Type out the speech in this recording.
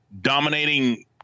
dominating